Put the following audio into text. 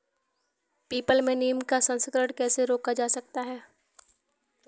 People में नीम का संकरण कैसे रोका जा सकता है?